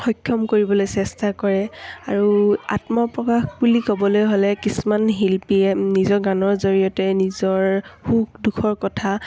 সক্ষম কৰিবলৈ চেষ্টা কৰে আৰু আত্মপ্ৰকাশ বুলি ক'বলৈ হ'লে কিছুমান শিল্পীয়ে নিজৰ গানৰ জৰিয়তে নিজৰ সুখ দুখৰ কথা